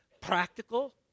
practical